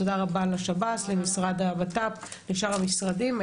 תודה רבה לשב"ס, למשרד לבט"פ, לשאר המשרדים.